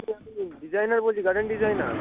designer বলছি garden designer